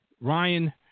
Ryan